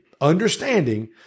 Understanding